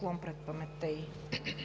пред паметта